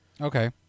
Okay